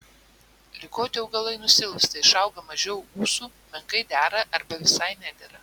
ligoti augalai nusilpsta išauga mažiau ūsų menkai dera arba visai nedera